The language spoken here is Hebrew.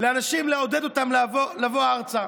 לעודד אנשים לבוא ארצה.